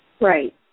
Right